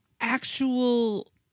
actual